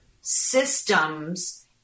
systems